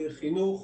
חינוך,